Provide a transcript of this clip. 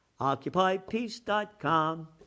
OccupyPeace.com